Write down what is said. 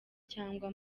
cyangwa